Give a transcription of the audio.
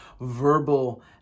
verbal